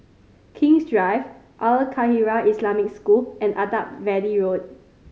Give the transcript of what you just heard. King's Drive Al Khairiah Islamic School and Attap Valley Road